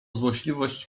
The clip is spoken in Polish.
złośliwość